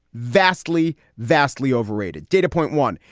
vastly, vastly overrated data. point one,